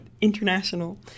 international